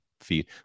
feed